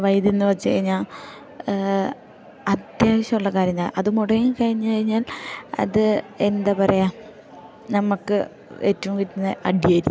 വൈദ്യുതിയെന്നു വെച്ചു കഴിഞ്ഞാൽ അത്യാവശ്യമുള്ള കാര്യം താ അത് മുടങ്ങി കഴിഞ്ഞ് കഴിഞ്ഞാൽ അത് എന്താ പറയുക നമുക്ക് ഏറ്റവും കിട്ടുന്ന അടിയായിരിക്കും